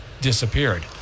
disappeared